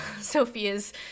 Sophia's